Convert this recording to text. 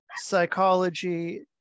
psychology